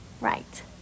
Right